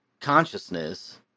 consciousness